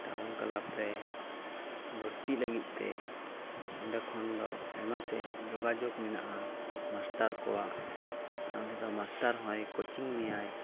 town club ᱨᱮ ᱵᱷᱚᱨᱛᱤ ᱞᱟᱹᱜᱤᱫᱛᱮ ᱚᱸᱰᱮ ᱠᱷᱚᱱ ᱫᱚ ᱟᱭᱢᱟ ᱥᱮᱫ ᱡᱳᱜᱟᱡᱳᱜᱽ ᱢᱮᱱᱟᱜᱼᱟ ᱢᱟᱥᱴᱟᱨ ᱠᱚᱣᱟᱜ ᱥᱮ ᱚᱸᱰᱮ ᱫᱚ ᱢᱟᱥᱴᱟᱨ ᱦᱚᱸᱭ ᱠᱳᱪᱤᱝ ᱢᱮᱭᱟᱭ